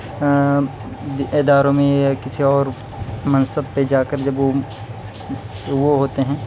اداروں میں یا کسی اور منصب پہ جا کر جب وہ وہ ہوتے ہیں